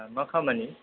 आथसा मा खामानि